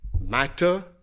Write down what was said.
matter